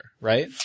right